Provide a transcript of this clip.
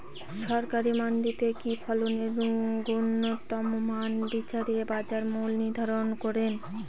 সরকারি মান্ডিতে কি ফসলের গুনগতমান বিচারে বাজার মূল্য নির্ধারণ করেন?